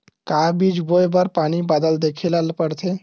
का बीज बोय बर पानी बादल देखेला पड़थे?